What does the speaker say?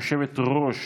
יושבת-ראש